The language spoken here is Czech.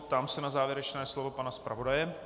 Ptám se na závěrečné slovo pana zpravodaje.